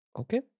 Okay